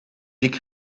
ziek